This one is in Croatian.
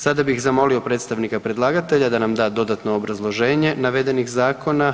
Sada bih zamolio predstavnika predlagatelja da nam da dodatno obrazloženje navedenih zakona.